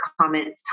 comment